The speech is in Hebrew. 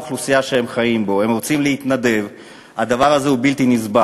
לא, הדברים מסיתים.